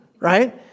right